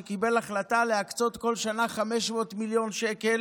שקיבל החלטה להקצות בכל שנה 500 מיליון שקל